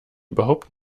überhaupt